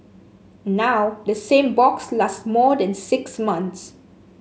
now the same box lasts more than six months